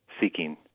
seeking